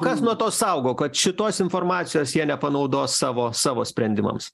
kas nuo to saugo kad šitos informacijos jie nepanaudos savo savo sprendimams